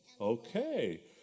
Okay